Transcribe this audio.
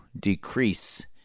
decrease